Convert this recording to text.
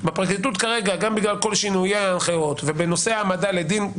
בפרקליטות גם בגלל כל השינויים בהנחיות ובנושא ההעמדה לדין,